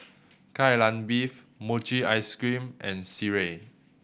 Kai Lan Beef mochi ice cream and sireh